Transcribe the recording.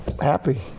happy